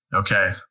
Okay